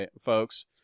folks